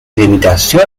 limitación